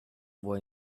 boy